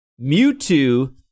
Mewtwo